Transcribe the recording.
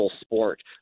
sport